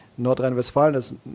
Nordrhein-Westfalen